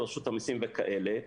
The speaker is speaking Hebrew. זה רשות המסים וכאלה.